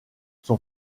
son